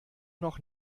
noch